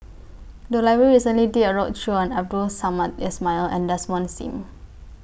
The Library recently did A roadshow on Abdul Samad Ismail and Desmond SIM